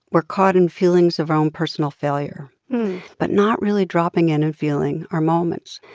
we're caught in feelings of our own personal failure but not really dropping in and feeling our moments.